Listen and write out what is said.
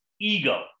ego